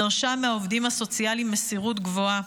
דרשה מהעובדים הסוציאליים מסירות גבוהה,